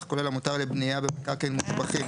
הכולל המותר לבנייה במקרקעין מושבחים